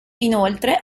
inoltre